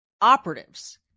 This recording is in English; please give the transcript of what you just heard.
operatives